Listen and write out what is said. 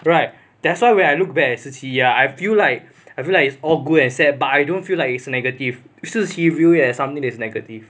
right that's why when I look at shi qi ya I feel like I feel like it's all good and sad but I don't feel like it's negative but shi qi view it as something that is negative